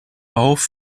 auf